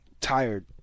Tired